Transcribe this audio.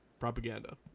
Propaganda